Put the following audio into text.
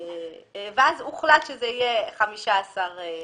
הוחלט שזה יהיה 15 אחוזים.